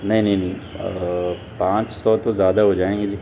نہیں نہیں نہیں پانچ سو تو زیادہ ہو جائیں گے جی